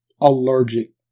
allergic